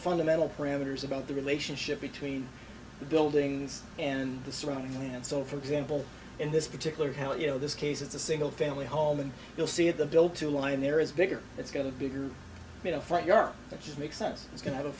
fundamental parameters about the relationship between the buildings and the surroundings and so for example in this particular how you know this case it's a single family home and you'll see it the bill to line there is bigger it's going to bigger than a front yard that just makes sense it's going to